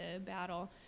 battle